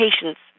patients